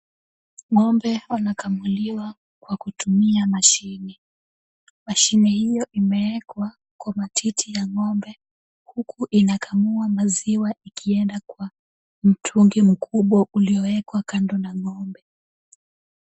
Ng'ombe wanakamuliwa kwa kutumia mashine. Mashine hiyo imewekwa kwa matiti ya ng'ombe huku inakamua maziwa ikienda kwa mtungi mkubwa ulioekwa kando na ng'ombe.